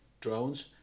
drones